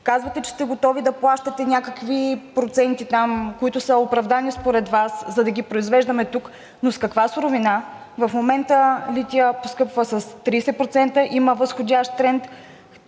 Казвате, че сте готови да плащате някакви проценти, които са оправдани според Вас, за да ги произвеждаме тук, но с каква суровина? В момента литият поскъпва с 30%, има възходящ тренд